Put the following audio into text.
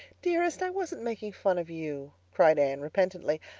dearest, i wasn't making fun of you, cried anne repentantly.